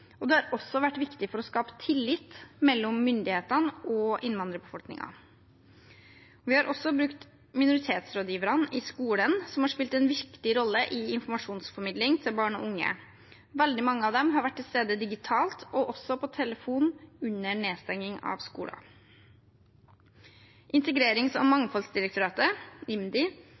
Det har også vært viktig for å skape tillit mellom myndighetene og innvandrerbefolkningen. Vi har også brukt minoritetsrådgiverne i skolen, som har spilt en viktig rolle i informasjonsformidlingen til barn og unge. Veldig mange av dem har vært til stede digitalt og på telefon under nedstenging av skoler. Integrerings- og mangfoldsdirektoratet, IMDi,